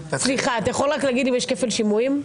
אתה יכול להגיד לי אם יש כפל שימועים?